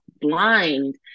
blind